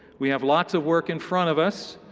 we have lots of work in front of us.